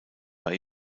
bei